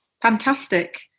fantastic